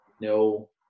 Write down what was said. no